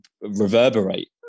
reverberate